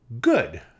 good